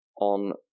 on